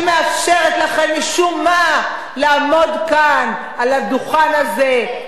שמאפשרת לכם משום מה לעמוד כאן על הדוכן הזה,